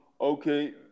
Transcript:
okay